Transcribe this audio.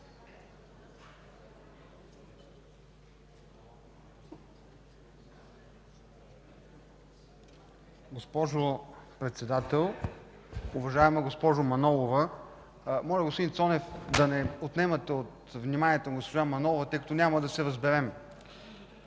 Госпожо Председател, уважаема госпожо Манолова! Господин Цонев, моля да не отнемате от вниманието на госпожа Манолова, тъй като няма да се разберем.